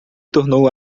tornou